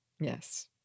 Yes